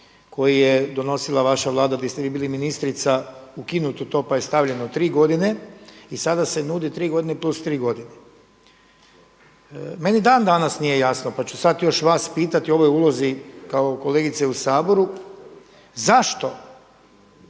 koji je donosila vaša Vlada di ste vi bili ministrica ukinuto to pa je stavljeno tri godine. I sada se nudi tri godine plus tri godine. Meni dan danas nije jasno, pa ću sad još vas pitati o ovoj ulozi kao kolegice u Saboru zašto